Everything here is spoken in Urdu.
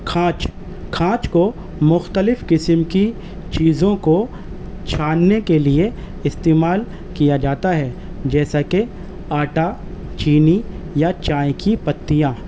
کھانچ کھانچ کو مختلف قسم کی چیزوں کو چھاننے کے لیے استعمال کیا جاتا ہے جیسا کہ آٹا چینی یا چائے کی پتیاں